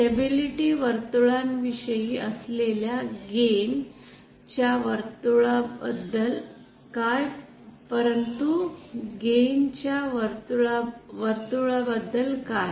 stability वर्तुळांविषयी असलेल्या gain च्या वर्तुळ बद्दल काय परंतु गेन च्या वर्तुळ बद्दल काय